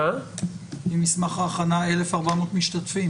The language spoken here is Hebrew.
ממסמך ההכנה 1,400 משתתפים.